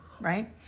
right